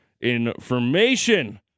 information